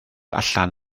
allan